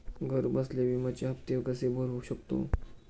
घरबसल्या विम्याचे हफ्ते कसे भरू शकतो?